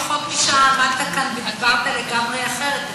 לפני פחות משעה עמדת כאן ודיברת לגמרי אחרת.